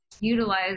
utilize